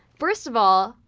first of all,